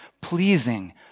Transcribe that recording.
pleasing